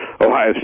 Ohio